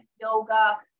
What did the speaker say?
yoga